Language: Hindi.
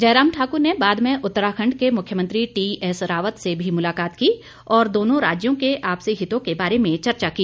जयराम ठाकुर ने बाद में उत्तराखंड के मुख्यमंत्री टीएस रावत से भी मुलाकात की और दोनों राज्यों के आपसी हितों के बारे में चर्चा की